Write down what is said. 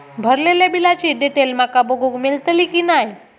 भरलेल्या बिलाची डिटेल माका बघूक मेलटली की नाय?